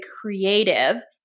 creative